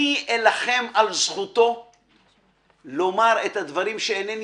אני אלחם על זכותו לומר את הדברים שאינני